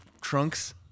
trunks